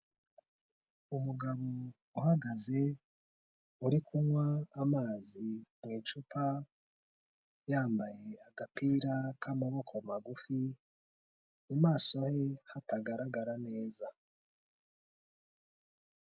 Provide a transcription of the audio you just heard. Umugabo uhagaze uri kunywa amazi mu icupa yambaye agapira k'amaboko magufi mu maso he hatagaragara neza.